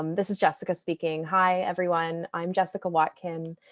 um this is jessica speaking. hi, everyone, i am jessica watkin.